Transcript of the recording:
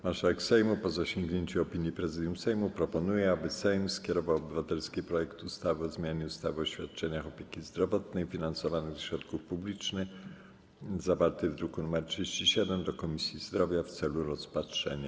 Marszałek Sejmu, po zasięgnięciu opinii Prezydium Sejmu, proponuje, aby Sejm skierował obywatelski projekt ustawy o zmianie ustawy o świadczeniach opieki zdrowotnej finansowanych ze środków publicznych, zawarty w druku nr 37, do Komisji Zdrowia w celu rozpatrzenia.